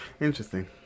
interesting